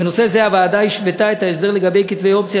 בנושא זה הוועדה השוותה את ההסדר לגבי כתבי אופציה